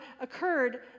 occurred